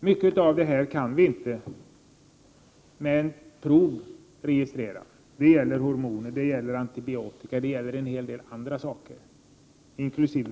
Mycket av detta kan vi inte registrera, det gäller hormoner, antibiotika och en hel del andra saker inkl.